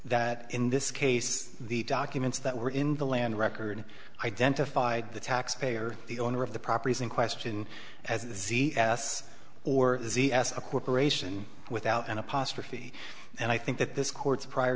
that in this case the documents that were in the land record identified the taxpayer the owner of the properties in question as z s or z s a corporation without an apostrophe and i think that this court's prior